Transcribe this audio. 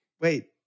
Wait